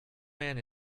man